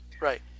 Right